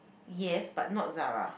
yes but not Zara